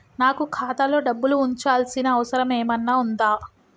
నాకు ఖాతాలో డబ్బులు ఉంచాల్సిన అవసరం ఏమన్నా ఉందా?